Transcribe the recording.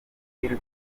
gihugu